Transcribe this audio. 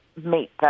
meet